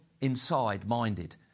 inside-minded